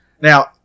Now